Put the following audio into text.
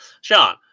Sean